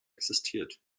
existiert